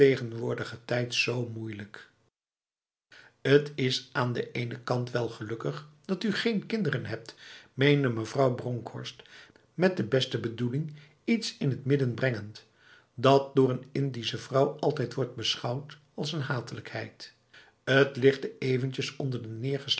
tegenwoordige tijd zo moeilij k t is aan de ene kant wel gelukkig dat u geen kinderen hebt meende mevrouw bronkhorst met de beste bedoeling iets in het midden brengend dat door n indische vrouw altijd wordt beschouwd als een hatelijkheid het lichtte eventjes onder de